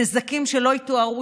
נזקים שלא יתוארו,